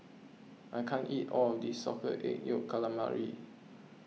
I can't eat all of this Salted Egg Yolk Calamari